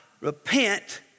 Repent